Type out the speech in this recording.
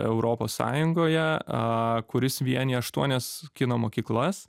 europos sąjungoje a kuris vienija aštuonias kino mokyklas